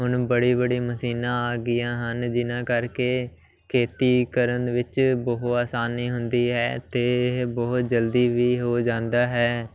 ਹੁਣ ਬੜੀ ਬੜੀ ਮਸ਼ੀਨਾਂ ਆ ਗਈਆਂ ਹਨ ਜਿਹਨਾਂ ਕਰਕੇ ਖੇਤੀ ਕਰਨ ਵਿੱਚ ਬਹੁ ਆਸਾਨੀ ਹੁੰਦੀ ਹੈ ਅਤੇ ਇਹ ਬਹੁਤ ਜਲਦੀ ਵੀ ਹੋ ਜਾਂਦਾ ਹੈ